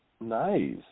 Nice